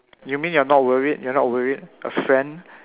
you mean you are not worried you are not worried a friend